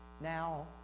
now